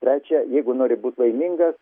trečia jeigu nori būt laimingas